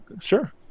Sure